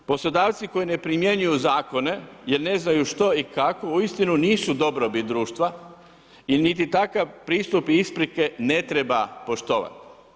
Poslodavci koji ne primjenjuju zakone, jer ne znaju što i kako, uistinu nisu dobrobit društva i niti takav pristup i isprike ne treba poštovat.